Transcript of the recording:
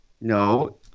No